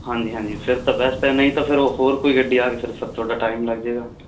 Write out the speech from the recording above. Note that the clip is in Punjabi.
ਹਾਂਜੀ ਹਾਂਜੀ ਫਿਰ ਤਾਂ ਵੈਸਟ ਆ ਨਹੀਂ ਤਾਂ ਫਿਰ ਹੋਰ ਕੋਈ ਗੱਡੀ ਆ ਕੇ ਫਿਰ ਸਰ ਤੁਹਾਡਾ ਦਾ ਟਾਈਮ ਲੱਗ ਜਾਏਗਾ